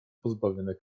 pozbawione